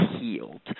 healed